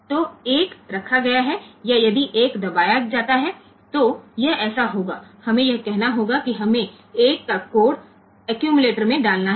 तो 1 रखा गया है या यदि 1 दबाया जाता है तो यह ऐसा होगा हमें यह कहना होगा कि हमें 1 का कोड अक्कुमिलैटर में डालना है